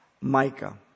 Micah